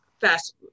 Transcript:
fast